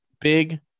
big